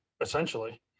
essentially